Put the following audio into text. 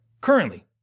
Currently